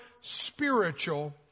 spiritual